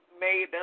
made